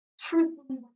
truthfully